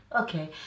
Okay